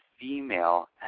female